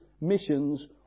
missions